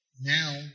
Now